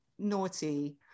naughty